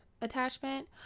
attachment